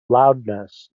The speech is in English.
loudness